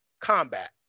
combat